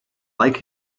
like